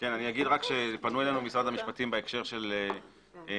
אני אגיד רק שפנו אלינו ממשרד המשפטים בהקשר של סעיף